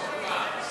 רשויות פיקוח,